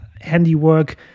handiwork